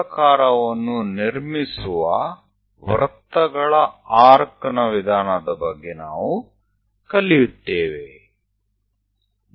આગળના વ્યાખ્યાનમાં આપણે વર્તુળની ચાપો પદ્ધતિ વિશે એક ઉપવલય રચવા માટે શિખીશું